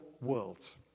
worlds